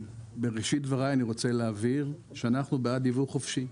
בראשית דבריי אני רוצה להבהיר שאנחנו בעד יבוא חופשי.